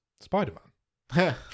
Spider-Man